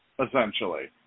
Essentially